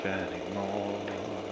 anymore